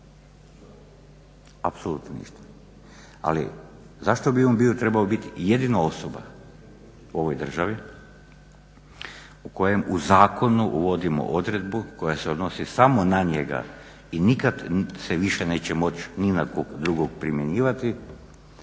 apsolutno ništa, ali zašto bi on trebao biti jedina osoba u ovoj državi kojem u zakonu uvodimo odredbu koja se odnosi samo na njega i nikad se više neće moći ni na kog drugog primjenjivati